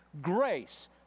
grace